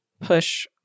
push